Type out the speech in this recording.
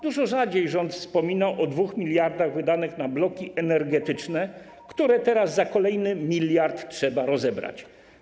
Dużo rzadziej rząd wspomina o 2 mld wydanych na bloki energetyczne, które teraz za kolejny 1 mld trzeba rozebrać.